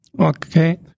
Okay